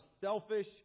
selfish